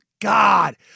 God